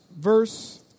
verse